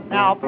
Now